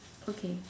okay